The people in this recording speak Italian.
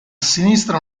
sinistra